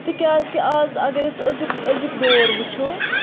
تِکیاز کہِ از اگر أسۍ أزیُک أزیُک دور وٕچھَو